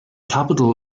capital